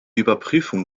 überprüfung